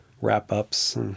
wrap-ups